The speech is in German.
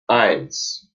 eins